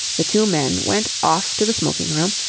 the two men went off to the smoking-room,